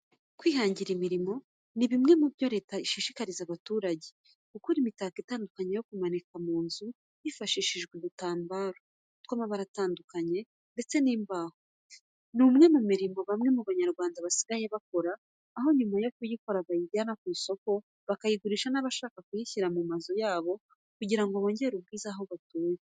Kwihangira imirimo ni bimwe mu byo leta ishishikariza abaturage. Gukora imitako itandukanye yo kumanika mu nzu hifashishijwe udutambaro tw'amabara atandukanye ndetse n'imbaho. Ni umwe mu mirimo bamwe mu Banyarwanda basigaye bakora, aho nyuma yo kuyikora bayijyana ku isoko bakayigurisha n'abashaka kuyishyira mu nzu zabo kugira ngo bongerere ubwiza aho batuye.